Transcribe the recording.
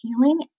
healing